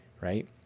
right